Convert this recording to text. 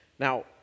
Now